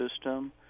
system